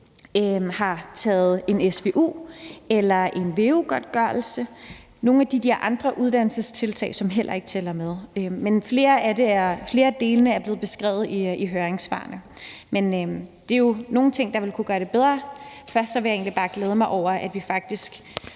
har taget en svu eller fået godtgørelse for en veu, altså nogle af de andre uddannelsestiltag, som heller ikke tæller med. Men flere af delene er blevet beskrevet i høringssvarene. Det er jo nogle ting, der ville kunne gøre det bedre. Først vil jeg egentlig bare glæde mig over, at vi faktisk